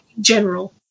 general